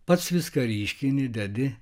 pats viską ryškini dedi